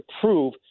prove